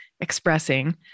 expressing